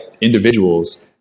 individuals